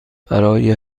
برای